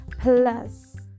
Plus